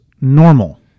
normal